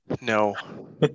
No